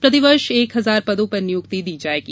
प्रतिवर्ष एक हजार पदों पर नियुक्ति दी जाऐगी